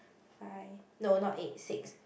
five no not eight six